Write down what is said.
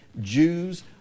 Jews